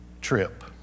trip